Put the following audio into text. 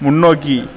முன்னோக்கி